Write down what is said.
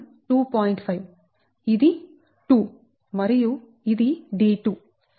5ఇది 2 మరియు ఇది d2